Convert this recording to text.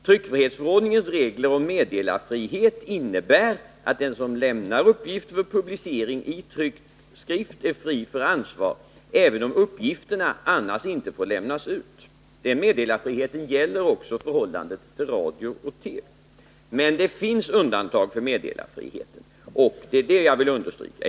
Tryckfrihetsförordningens regler om meddelarfrihet innebär att den som lämnar uppgifter för publicering i tryckt skrift är fri från ansvar, även om uppgifterna annars inte får lämnas ut. Den meddelarfriheten gäller också för förhållandet till radio och TV. Det finns emellertid undantag från meddelarfriheten — det vill jag understryka.